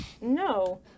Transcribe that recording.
No